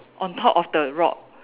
orh on top of the rock